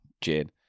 Gin